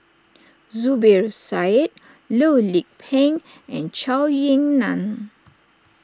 Zubir Said Loh Lik Peng and Zhou Ying Nan